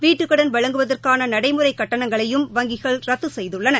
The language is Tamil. வீட்டுக்கடன் வழங்குவதற்கானநடைமுறைக் கட்டணங்களையும் வங்கிகள் ர்ததுசெய்துள்ளன